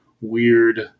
weird